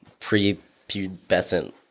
prepubescent